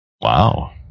Wow